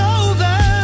over